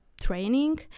training